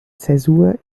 zäsur